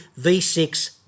V6